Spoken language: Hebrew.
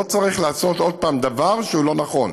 לא צריך לעשות עוד פעם דבר שהוא לא נכון.